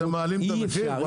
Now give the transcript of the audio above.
אתם מעלים את המחיר או מה?